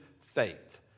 faith